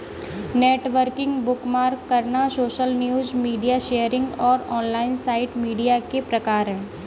networking, bookmark करना, social news, media sharing और online site media के प्रकार हैं